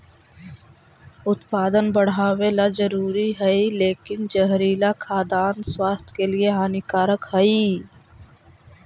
उत्पादन बढ़ावेला जरूरी हइ लेकिन जहरीला खाद्यान्न स्वास्थ्य के लिए हानिकारक हइ